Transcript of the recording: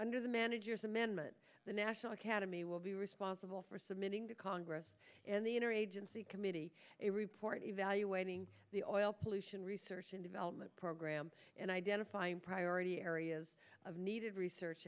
under the manager's amendment national academy will be responsible for submitting to congress and the inner agency committee a report evaluating the oil pollution research and development program and identifying priority areas of needed research